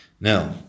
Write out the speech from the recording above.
Now